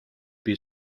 peu